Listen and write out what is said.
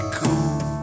cool